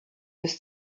bis